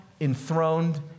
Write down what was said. enthroned